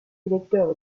électeurs